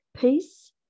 peace